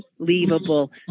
unbelievable